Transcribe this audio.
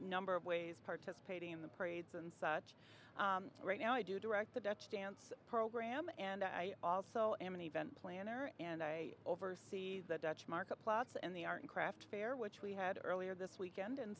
number of ways participating in the parades and such right now i do direct the dutch dance program and i also am an event planner and i oversees the dutch market plus in the art and craft fair which we had earlier this weekend